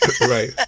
Right